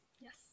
Yes